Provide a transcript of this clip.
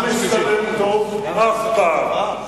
קרב לא מצטלם טוב אף פעם.